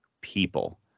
people